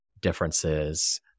differences